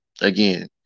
Again